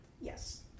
Yes